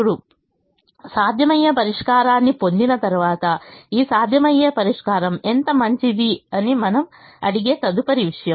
ఇప్పుడు సాధ్యమయ్యే పరిష్కారాన్ని పొందిన తరువాత ఈ సాధ్యమయ్యే పరిష్కారం ఎంత మంచిది అని మనం అడిగే తదుపరి విషయం